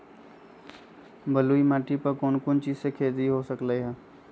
बलुई माटी पर कोन कोन चीज के खेती हो सकलई ह?